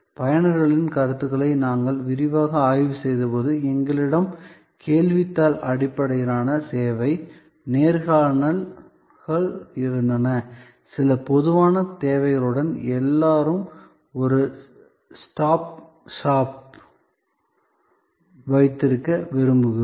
பயனர்களின் கருத்துக்களை நாங்கள் விரிவாக ஆய்வு செய்தபோது எங்களிடம் கேள்வித்தாள் அடிப்படையிலான சேவை நேர்காணல்கள் இருந்தன சில பொதுவான தேவைகளுடன் எல்லோரும் ஒரு ஸ்டாப் ஷாப் வைத்திருக்க விரும்புகிறோம்